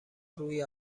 روی